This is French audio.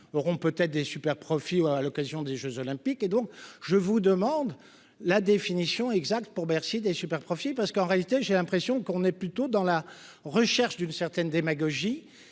auront peut-être des super profits à l'occasion des Jeux olympiques, et donc je vous demande la définition exacte pour Bercy des superprofits parce qu'en réalité, j'ai l'impression qu'on est plutôt dans la recherche d'une certaine démagogie